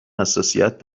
حساسیت